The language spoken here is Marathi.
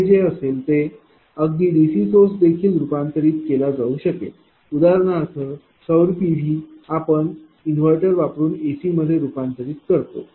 इथे जे असेल ते अगदी DC सोर्स देखील रूपांतरित केला जाऊ शकेल उदाहरणार्थ सौर PV आपण इन्व्हर्टर वापरुन AC मध्ये रूपांतरित करतो